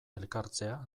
elkartzea